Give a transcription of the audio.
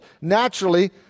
Naturally